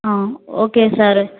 okay sir